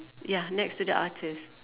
ya next to the artist